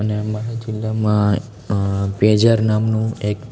અને અમારા જીલ્લામાં પેજર નામનું એક